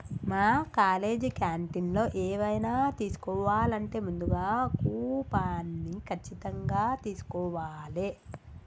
మా కాలేజీ క్యాంటీన్లో ఎవైనా తీసుకోవాలంటే ముందుగా కూపన్ని ఖచ్చితంగా తీస్కోవాలే